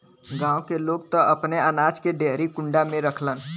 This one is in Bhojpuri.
गांव के लोग त अपने अनाज के डेहरी कुंडा में रखलन